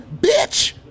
Bitch